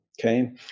okay